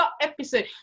episode